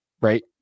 right